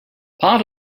part